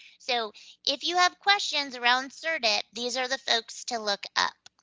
so if you have questions around so cerdep, these are the folks to look up.